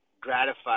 gratified